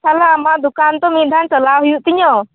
ᱛᱟᱦᱚᱞᱮ ᱟᱢᱟᱜ ᱫᱚᱠᱟᱱ ᱛᱚ ᱢᱤᱫᱽᱫᱷᱟᱣ ᱪᱟᱞᱟᱣ ᱦᱩᱭᱩᱜ ᱛᱤᱧᱟᱹ